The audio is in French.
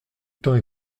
temps